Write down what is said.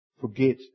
forget